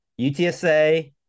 UTSA